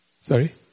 Sorry